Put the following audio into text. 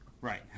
Right